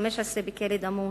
15 בכלא דמון.